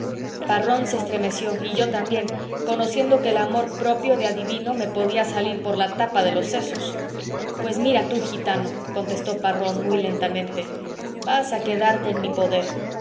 parrón se estremeció y yo también conociendo que el amor propio de adivino me podía salir por la tapa de los sesos pues mira tú gitano contestó parrón muy lentamente vas a quedarte en mi poder